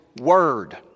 Word